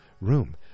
room